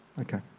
Okay